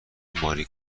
ماری